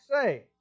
say